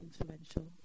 influential